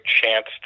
chance